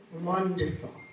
wonderful